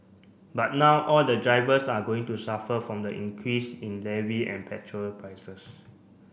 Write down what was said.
but now all the drivers are going to suffer from the increase in levy and petrol prices